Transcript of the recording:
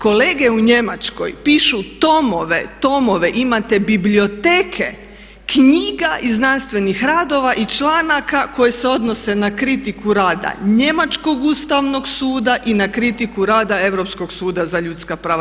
Kolege u Njemačkoj pišu tomove, tomove, imate biblioteke knjiga i znanstvenih radova i članaka koji se odnose na kritiku rada Njemačkog ustavnog suda i na kritiku rada Europskog suda za ljudska prava.